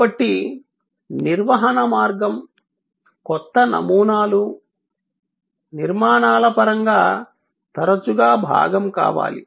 కాబట్టి నిర్వహణ మార్గం కొత్త నమూనాలు నిర్మాణాల పరంగా తరచుగా భాగం కావాలి